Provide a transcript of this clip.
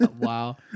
Wow